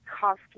cost